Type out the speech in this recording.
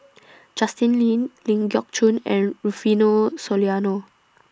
Justin Lean Ling Geok Choon and Rufino Soliano